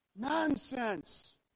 Nonsense